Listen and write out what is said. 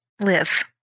live